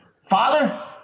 Father